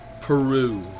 Peru